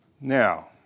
Now